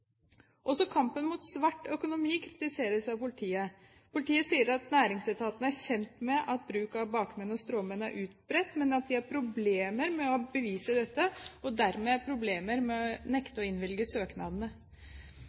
Også kampen mot svart økonomi kritiseres av politiet. Politiet sier at næringsetaten er kjent med at bruk av bakmenn og stråmenn er utbredt, men at de har problemer med å bevise det og dermed problemer med å nekte å innvilge søknadene.